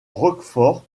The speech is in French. roquefort